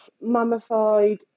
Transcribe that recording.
mummified